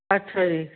ਅੱਛਾ ਜੀ